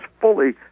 fully